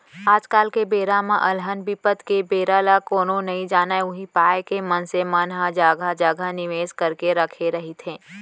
आज के बेरा म अलहन बिपत के बेरा ल कोनो नइ जानय उही पाय के मनसे मन ह जघा जघा निवेस करके रखे रहिथे